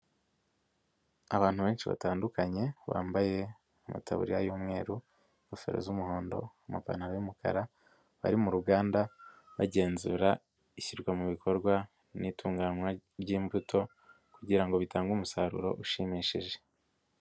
Abantu benshi batandukanye bambaye amataburiya y'umweru, ingofero z'umuhondo, amapantaro y'umukara, bari mu ruganda, bagenzura ishyirwa mu bikorwa n'itunganywa ry'imbuto kugira ngo bitange umusaruro ushimishije.